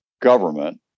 government